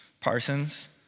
Parsons